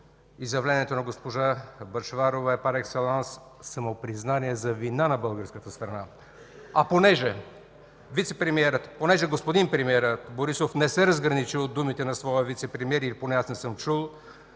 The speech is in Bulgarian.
изявлението на госпожа Бъчварова е пар екселанс самопризнание за вина на българската страна. Понеже господин премиерът Борисов не се разграничи от думите на своя вицепремиер или поне аз не съм чул,